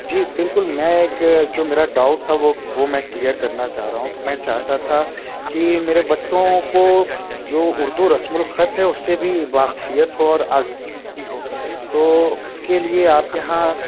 جی بالکل میں ایک جو میرا ڈاؤٹ تھا وہ وہ میں کلیئر کرنا چاہ رہا ہوں کہ میں چاہتا تھا کہ میرے بچوں کو جو اردو رسم الخط ہے اس سے بھی واقفیت ہو اور ہو تو اس کے لیے آپ یہاں